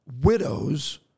widows